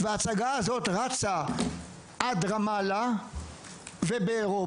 וההצגה הזאת רצה עד רמאללה ובאירופה